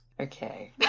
Okay